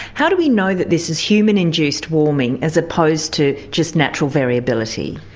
how do we know that this is human-induced warming as opposed to just natural variability?